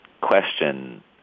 question